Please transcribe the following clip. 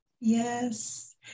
Yes